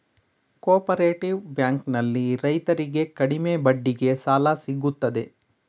cooperative bank ನಲ್ಲಿ ರೈತರಿಗೆ ಕಡಿಮೆ ಬಡ್ಡಿಗೆ ಸಾಲ ಸಿಗುತ್ತದೆ